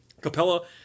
Capella